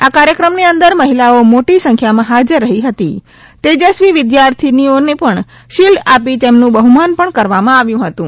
આ કાર્યક્રમની અંદર મહિલાઓ મોટી સંખ્યામાં હાજર રઠી હતી તેજસ્વી વિદ્યાર્થીનીઓને પણ શિલ્ડ આપી તેમનું બહ્માન પણ કરવામાં આવ્યું હતું